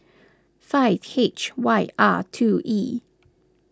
five H Y R two E